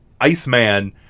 Iceman